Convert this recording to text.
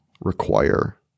require